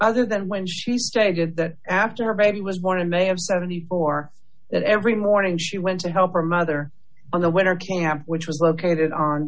other than when she stated that after her baby was born in may of seventy four that every morning she went to help her mother on the winter camp which was located on